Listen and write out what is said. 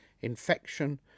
infection